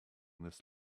this